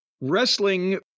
Wrestling